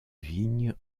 vigne